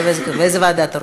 לאיזו ועדה אתה רוצה?